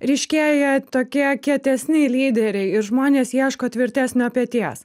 ryškėja tokie kietesni lyderiai ir žmonės ieško tvirtesnio peties